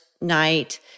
night